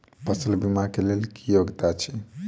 फसल बीमा केँ लेल की योग्यता अछि?